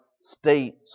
states